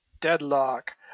Deadlock